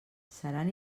seran